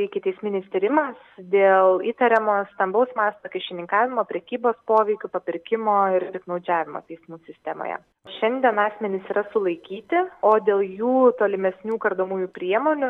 ikiteisminis tyrimas dėl įtariamo stambaus masto kyšininkavimo prekybos poveikiu papirkimo ir piktnaudžiavimo teismų sistemoje šiandien asmenys yra sulaikyti o dėl jų tolimesnių kardomųjų priemonių